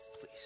please